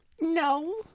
No